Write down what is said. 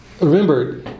Remember